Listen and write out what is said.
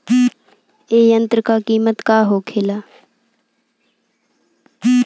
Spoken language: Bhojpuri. ए यंत्र का कीमत का होखेला?